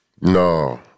No